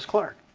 clark.